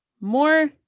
more